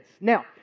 Now